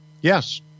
Yes